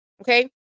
okay